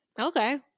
okay